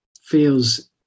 feels